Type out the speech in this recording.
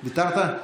ויתרת?